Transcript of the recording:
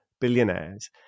billionaires